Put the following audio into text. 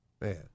man